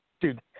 dude